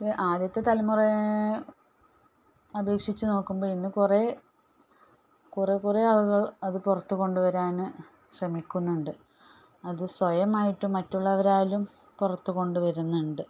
ആദ്യത്തെ തലമുറ അപേക്ഷിച്ചു നോക്കുമ്പോൾ ഇന്ന് കുറേ കുറേ കുറേ ആളുകൾ അത് പുറത്തുകൊണ്ടുവരാൻ ശ്രമിക്കുന്നുണ്ട് അത് സ്വയമായിട്ട് മറ്റുള്ളവരാലും പുറത്ത് കൊണ്ടുവരുന്നുണ്ട്